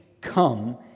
come